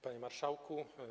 Panie Marszałku!